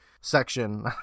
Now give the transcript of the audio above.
section